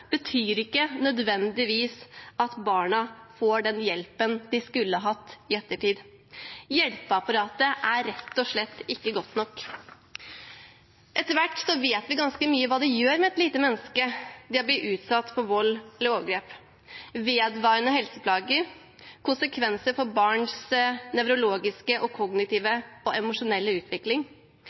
betyr ikke nødvendigvis at barna får den hjelpen de skulle hatt i ettertid. Hjelpeapparatet er rett og slett ikke godt nok. Etter hvert vet vi ganske mye om hva det gjør med et lite menneske å bli utsatt for vold eller overgrep: vedvarende helseplager, konsekvenser for nevrologisk, kognitiv og emosjonell utvikling, tilknytningsproblemer, sosial tilbaketrekning, søvnvansker, lærevansker, aggresjonsproblemer og